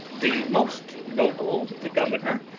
the most noble the governor,